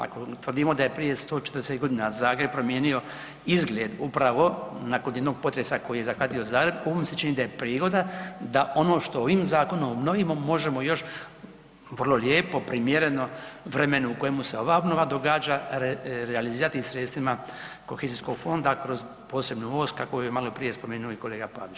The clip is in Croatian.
Ako tvrdimo da je prije 140 godina Zagreb promijenio izgled upravo nakon jednog potresa koji je zahvatio Zagreb, ovo mi se čini da je prigoda ono što ovim zakonom obnovimo možemo još vrlo lijepo, primjereno vremenu u kojemu se ova obnova događa, realizirati sredstvima Kohezijskog fonda kroz posebnu … kako je maloprije spomenuo i kolega Pavić.